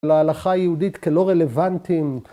‫להלכה היהודית כלא רלוונטיים.